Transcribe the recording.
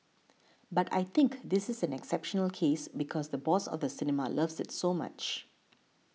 but I think this is an exceptional case because the boss of the cinema loves it so much